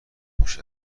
خوش